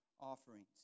offerings